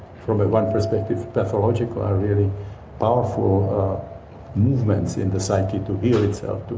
from one perspective pathological, are really powerful movements in the psyche to heal itself, but